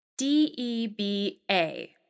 D-E-B-A